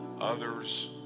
others